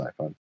iPhone